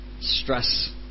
stress